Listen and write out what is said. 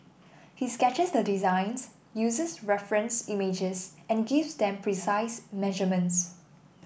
he sketches the designs uses reference images and gives them precise measurements